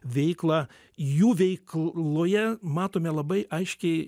veiklą jų veikl loje matome labai aiškiai